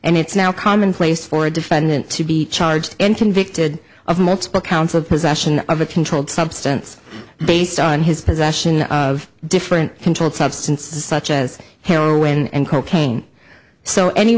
and it's now commonplace for a defendant to be charged and convicted of multiple counts of possession of a controlled substance based on his possession of different controlled substances such as heroin and cocaine so any